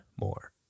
more